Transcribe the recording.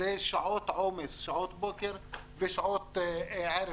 אלה שעות עומס, שעות בוקר ושעות ערב.